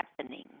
happening